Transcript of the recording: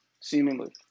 seemingly